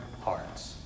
hearts